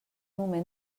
moment